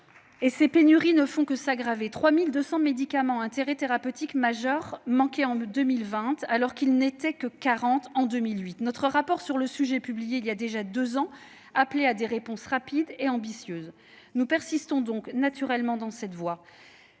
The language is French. ! Ces pénuries ne font que s'aggraver : 3 200 médicaments à intérêt thérapeutique majeur manquaient en 2020, alors qu'ils n'étaient que 40 en 2008 ! Notre rapport sur le sujet, publié voilà déjà deux ans, appelait à des réponses rapides et ambitieuses. Nous persistons donc naturellement dans cette voie.